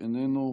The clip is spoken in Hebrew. איננו,